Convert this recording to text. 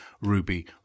Ruby